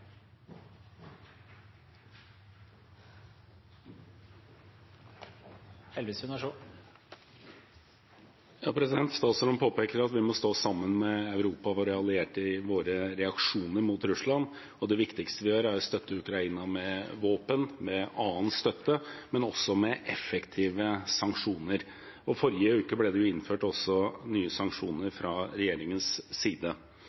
påpeker at vi må stå sammen med Europa og våre allierte i våre reaksjoner mot Russland. Det viktigste vi gjør, er å støtte Ukraina med våpen, med annen støtte, men også med effektive sanksjoner. Forrige uke ble det også innført nye sanksjoner fra regjeringens side.